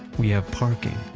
we have parking.